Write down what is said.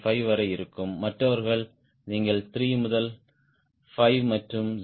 5 வரை இருக்கும் மற்றவர்கள் நீங்கள் 3 முதல் 5 மற்றும் 0